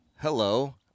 Hello